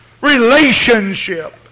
relationship